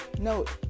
note